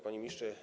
Panie Ministrze!